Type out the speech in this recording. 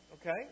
Okay